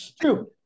True